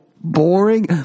boring